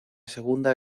segunda